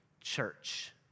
church